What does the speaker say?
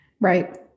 Right